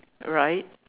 right